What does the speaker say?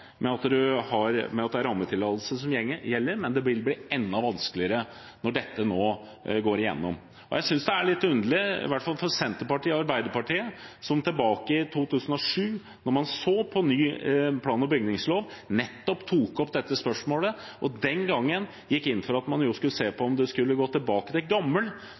med at det er rammetillatelse som gjelder, men det vil bli enda vanskeligere når dette nå går igjennom. Jeg synes det er litt underlig med Senterpartiet og Arbeiderpartiet, som tilbake i 2007, da man så på ny plan- og bygningslov, nettopp tok opp dette spørsmålet, og den gangen gikk inn for at man skulle se på om en skulle gå tilbake til gammel